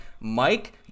Mike